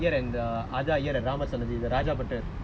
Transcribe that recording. the Iyer the deep voice Iyer